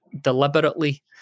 deliberately